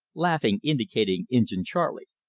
laughingly indicating injin charley.